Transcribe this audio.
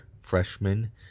freshman